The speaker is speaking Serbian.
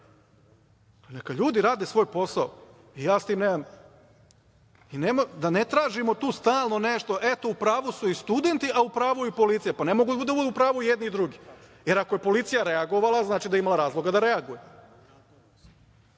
ljudi rade svoj posao, da ne tražimo stalno nešto, eto, u pravu su i studenti, a u pravu je i policija. Pa, ne mogu da budu u pravu i jedni i drugi, jer ako je policija reagovala, znači da je imala razloga da reaguje. Ja